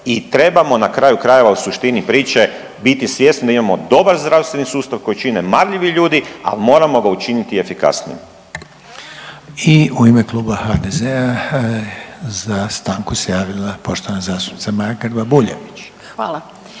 I trebamo na kraju krajeva u suštini priče biti svjesni da imamo dobar zdravstveni sustav koji čine marljivi ljudi, ali moramo ga učiniti i efikasnijim. **Reiner, Željko (HDZ)** I u ime kluba HDZ-a za stanku se javila poštovana zastupnica Maja Grba-Bujević.